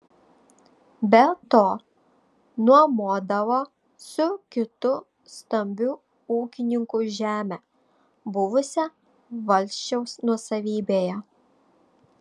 be to nuomodavo su kitu stambiu ūkininku žemę buvusią valsčiaus nuosavybėje